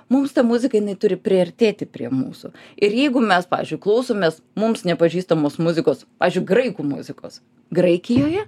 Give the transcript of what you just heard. mums ta muzika jinai turi priartėti prie mūsų ir jeigu mes pavyzdžiui klausomės mums nepažįstamos muzikos pavyzdžiui graikų muzikos graikijoje